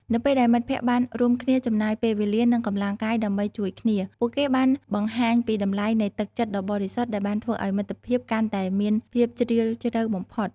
នៅពេលដែលមិត្តភក្តិបានរួមគ្នាចំណាយពេលវេលានិងកម្លាំងកាយដើម្បីជួយគ្នា ពួកគេបានបង្ហាញពីតម្លៃនៃទឹកចិត្តដ៏បរិសុទ្ធដែលបានធ្វើឲ្យមិត្តភាពកាន់តែមានភាពជ្រាលជ្រៅបំផុត។